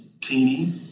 teeny